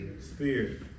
spirit